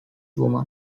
women